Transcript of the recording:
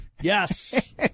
Yes